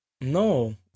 No